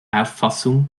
auffassung